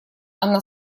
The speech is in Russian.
она